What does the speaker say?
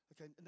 Okay